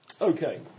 Okay